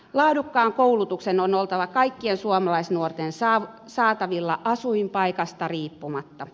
laadukkaan koulutuksen on oltava kaikkien suomalaisnuorten saatavilla asuinpaikasta riippumatta